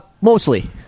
Mostly